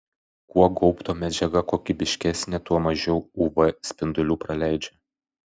kuo gaubto medžiaga kokybiškesnė tuo mažiau uv spindulių praleidžia